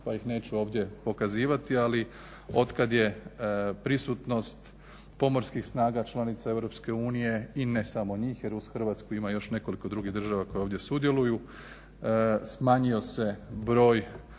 pa ih neću ovdje pokazivati, ali otkad je prisutnost pomorskih snaga članica Europske unije, i ne samo njih, jer uz Hrvatsku ima nekoliko drugih država koje ovdje sudjeluju, smanjio se broj